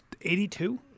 82